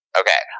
okay